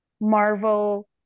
Marvel